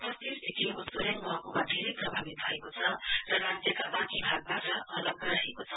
पश्चिम सिक्किमको कोरेङ महकुमा धेरै प्रभावित भएको छ र राज्यका बाँकी भागवाट अलग्ग रहेको छ